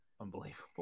Unbelievable